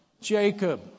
Jacob